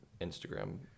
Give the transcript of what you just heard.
Instagram